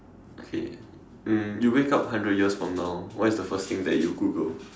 okay um you wake up hundred years from now what is the first thing that you Google